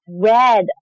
red